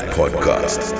podcast